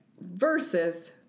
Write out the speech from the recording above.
Versus